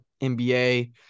NBA